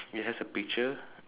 it has a picture